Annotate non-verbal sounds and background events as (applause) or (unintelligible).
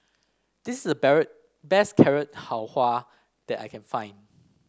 this is the (unintelligible) best Carrot Halwa that I can find